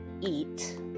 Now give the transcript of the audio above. eat